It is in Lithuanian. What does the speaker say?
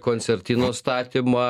koncertinos statymą